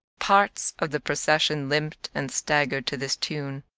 parts of the procession limped and staggered to this tune.